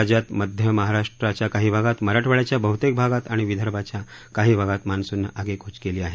राज्यात मध्य महाराष्टाच्या आणखी काही भागात मराठवाडयाच्या बहतेक भागात आणि विदर्भाच्या आणखी काही भागात मान्सननं आगेकृच केली आहे